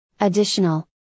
additional